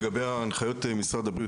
לגבי הנחיות משרד הבריאות,